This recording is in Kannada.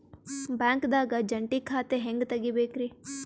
ಬ್ಯಾಂಕ್ದಾಗ ಜಂಟಿ ಖಾತೆ ಹೆಂಗ್ ತಗಿಬೇಕ್ರಿ?